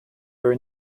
are